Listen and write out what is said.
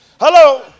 Hello